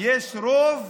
ויש רוב